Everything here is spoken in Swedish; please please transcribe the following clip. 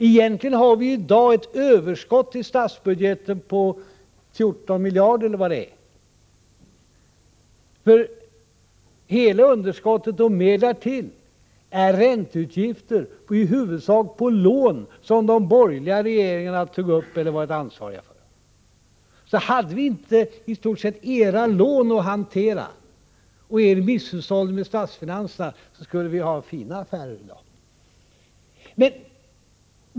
Egentligen har vi i dag ett överskott i statsbudgeten på 14 miljarder, tror jag det är, för hela underskottet och mer därtill är ränteutgifter i huvudsak på lån som de borgerliga regeringarna tog upp eller var ansvariga för. Hade vi inte era lån och er misshushållning med statsfinanserna att hantera, skulle vi ha fina affärer i dag.